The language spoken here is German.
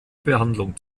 behandlung